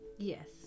Yes